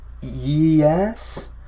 yes